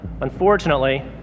unfortunately